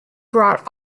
brought